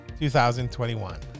2021